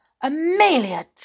Amelia